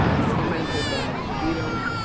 tormented by mosquitoes,